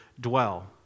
dwell